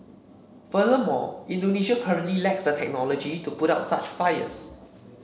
furthermore Indonesia currently lacks the technology to put out such fires